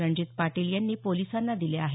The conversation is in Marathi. रणजित पाटील यांनी पोलिसांना दिले आहेत